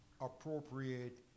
appropriate